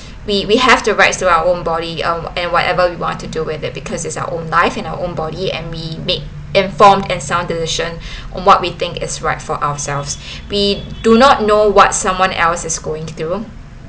we we have the rights to our own body um and whatever we want to do with it because it's our own life and our own body and we make informed and sound decision on what we think is right for ourselves we do not know what someone else is going through